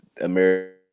America